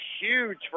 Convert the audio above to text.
huge